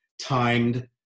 timed